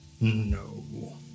No